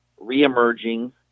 re-emerging